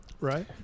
right